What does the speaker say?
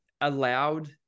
allowed